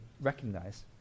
recognize